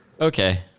Okay